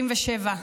37,